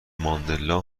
ماندلا